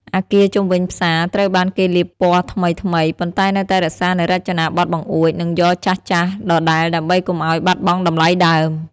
អគារជុំវិញផ្សារត្រូវបានគេលាបពណ៌ថ្មីៗ ប៉ុន្តែនៅតែរក្សានូវរចនាប័ទ្មបង្អួច និងយ៉រចាស់ៗដដែលដើម្បីកុំឱ្យបាត់បង់តម្លៃដើម។